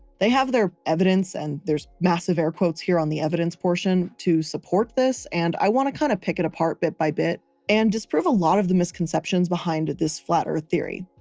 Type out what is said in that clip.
they have their evidence and there's massive air quotes here on the evidence portion to support this. and i wanna kinda kind of pick it apart bit by bit and disprove a lot of the misconceptions behind this flat earth theory.